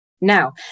Now